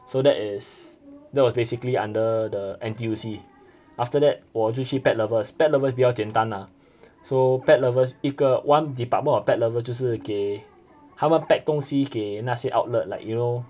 so that is that was basically under the N_T_U_C after that 我就去 Pet Lovers Pet Lovers 比较简单 lah so Pet Lovers 一个 one department of Pet Lovers 就是给他们 pack 东西给那些 outlet like you know